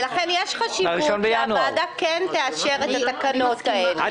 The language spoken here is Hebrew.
ולכן יש חשיבות שהוועדה כן תאשר את התקנות האלה,